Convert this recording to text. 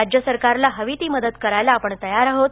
राज्य सरकारला हवी ती मदत करायला आपण तयार आहोत